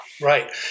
Right